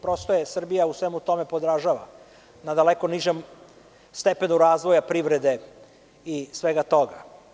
Prosto, Srbija je u svemu tome podražava na daleko nižem stepenu razvoja privrede i svega toga.